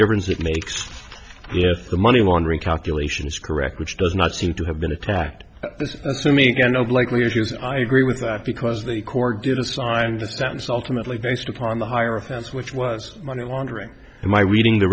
difference it makes if the money laundering calculation is correct which does not seem to have been attacked this to me again no likely issues i agree with that because the court did assign dispense alternately based upon the higher offense which was money laundering and my reading the